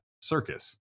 circus